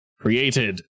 created